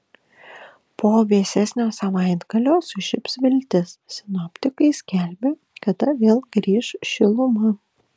po vėsesnio savaitgalio sužibs viltis sinoptikai skelbia kada vėl grįš šiluma